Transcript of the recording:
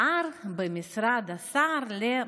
שר במשרד השר ל-.